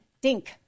dink